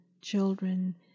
children